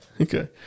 Okay